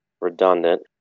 redundant